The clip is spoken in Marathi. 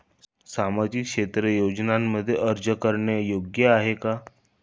सामाजिक क्षेत्र योजनांमध्ये अर्ज करणे योग्य आहे का?